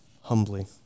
humbly